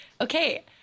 okay